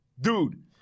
dude